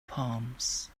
palms